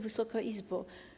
Wysoka Izbo!